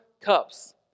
cups